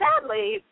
sadly